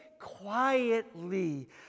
quietly